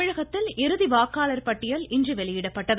தமிழகத்தில் இறுதி வாக்காளர் பட்டியல் இன்று வெளியிடப்பட்டது